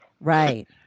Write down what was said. right